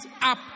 up